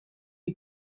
die